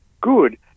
good